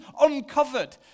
uncovered